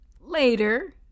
Later